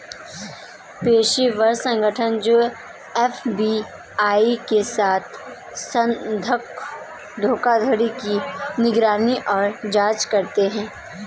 पेशेवर संगठन जो एफ.बी.आई के साथ बंधक धोखाधड़ी की निगरानी और जांच करते हैं